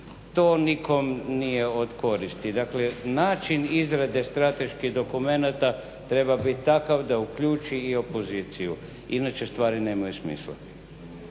To nikom nije od koristi. Dakle, način izrade strateških dokumenata treba biti takav da uključi i opoziciju. Inače stvari nemaju smisla.